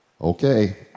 okay